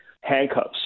handcuffs